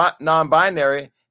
non-binary